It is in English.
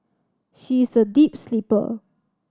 she is a deep sleeper